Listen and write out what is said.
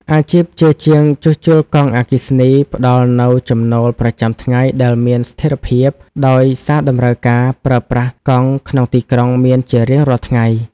អាជីពជាជាងជួសជុលកង់អគ្គិសនីផ្តល់នូវចំណូលប្រចាំថ្ងៃដែលមានស្ថិរភាព ដោយសារតម្រូវការប្រើប្រាស់កង់ក្នុងទីក្រុងមានជារៀងរាល់ថ្ងៃ។